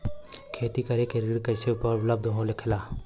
खेती करे के ऋण कैसे उपलब्ध होखेला?